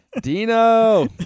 Dino